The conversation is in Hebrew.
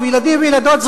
ועוד הרבה דברים.